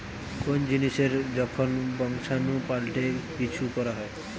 কোন জিনিসের যখন বংশাণু পাল্টে কিছু করা হয়